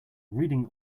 reading